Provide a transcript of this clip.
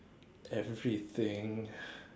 everything